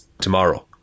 Tomorrow